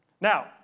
Now